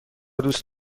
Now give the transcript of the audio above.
دوست